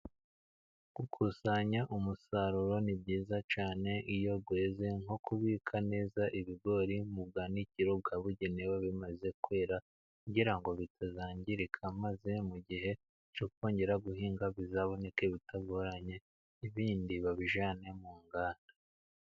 Gukusanya umusaruro ni byiza cyane iyo weze nko kubika neza ibigori mu bwanikiro bwabugenewe bimaze kwera, kugira ngo bitazangirika maze mu gihe cyo kongera guhinga, bizaboneke bitagoranye. Ibindi babijyane mu nganda.